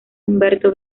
humberto